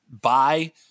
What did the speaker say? buy